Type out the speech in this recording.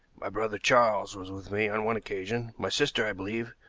my brother charles was with me on one occasion my sister, i believe,